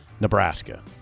Nebraska